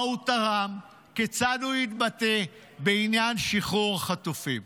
מה הוא תרם, כיצד הוא התבטא בעניין שחרור החטופים.